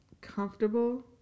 comfortable